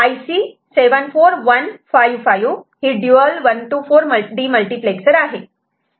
IC 74155 ही dual 1 to 4 demultiplexer आहे